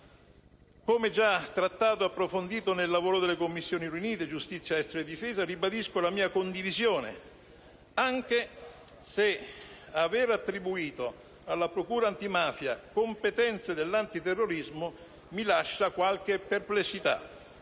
Come già trattato ed approfondito nel lavoro delle Commissioni riunite giustizia, esteri e difesa, ribadisco la mia condivisione del provvedimento, anche se l'aver attribuito alla procura antimafia competenze dell'antiterrorismo mi lascia qualche perplessità.